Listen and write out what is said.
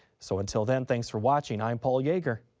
so until then, thanks for watching. i'm paul yeager.